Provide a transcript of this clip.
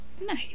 Nice